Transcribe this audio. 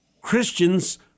Christians